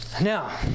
Now